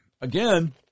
again